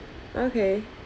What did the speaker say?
okay